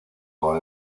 con